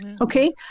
Okay